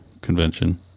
convention